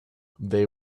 they